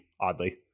oddly